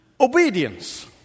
obedience